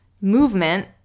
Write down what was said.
movement